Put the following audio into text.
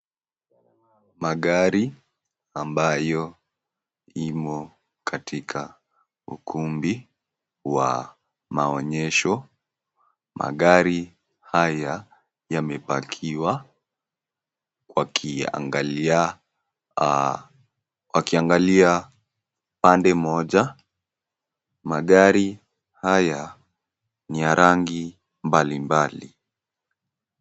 Magari ambayo imo katika ukumbi wa maonyesho. Magari haya yamepakiwa wakiangalia, wakiangalia pande moj. Magari haya ni ya rangi mbalimbali.